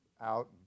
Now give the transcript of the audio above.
out